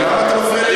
למה אתה מפריע לי?